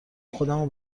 خودمو